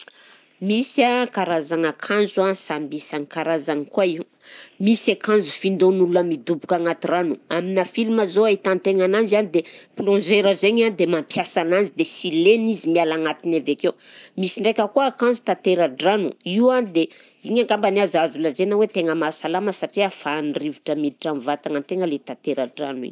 Misy a karazagna akanjo a samby isan-karazagny koa io, misy akanjo findaon'olona midoboka agnaty rano, aminà filma zao a ahitan-tegna ananzy a dia plongeur zaigny a dia mampiasa ananzy dia sy lena izy miala anatiny avy akeo, misy ndraika koa akanjo tantera-drano, io a dia igny angambany aza azo lazaina hoe tegna mahasalama satria ahafahan'ny rivotra miditra amin'ny vatagnan-tegna ilay tantera-drano igny.